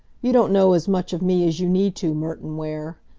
you don't know as much of me as you need to, merton ware.